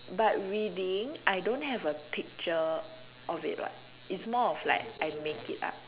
but reading I don't have a picture of it [what] it's more of like I make it up